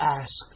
ask